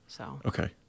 Okay